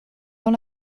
dans